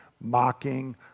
mocking